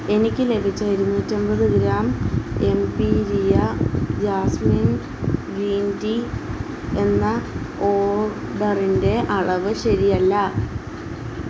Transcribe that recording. എനിക്ക് ലഭിച്ച ഇരുന്നൂറ്റമ്പത് ഗ്രാം എംപീരിയ ജാസ്മിൻ ഗ്രീൻ ടീ എന്ന ഓർഡറിന്റെ അളവ് ശരിയല്ല